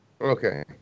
Okay